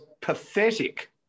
pathetic